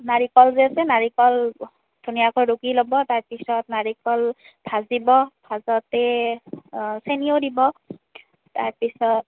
নাৰিকল যে আছে নাৰিকল ধুনীয়াকৈ ৰুকি ল'ব তাৰ পিছত নাৰিকল ভাজিব ভাজোঁতে চেনীও দিব তাৰ পিছত